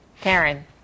Karen